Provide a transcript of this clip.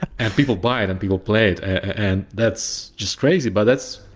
and people buy it and people play it and that's just crazy, but that's,